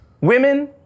women